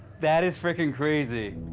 that is freaking crazy.